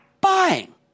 buying